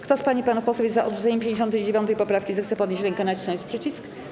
Kto z pań i panów posłów jest za odrzuceniem 59. poprawki, zechce podnieść rękę i nacisnąć przycisk.